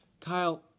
Kyle